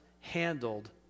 handled